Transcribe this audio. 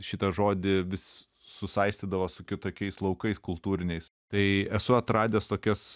šitą žodį vis susaistydavo su kitokiais laukais kultūriniais tai esu atradęs tokias